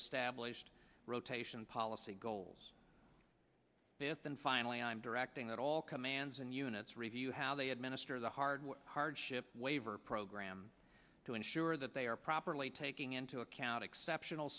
established rotation policy goals with and finally i'm directing that all commands and units review how they administer the hard work hardship waiver program to ensure that they are properly taking into account exceptional